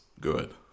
good